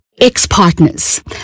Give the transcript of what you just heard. ex-partners